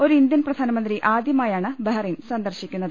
ഒരു ഇന്ത്യൻ പ്രധാനമന്ത്രി ആദ്യമായാണ് ബഹറിൻ സന്ദർശിക്കുന്നത്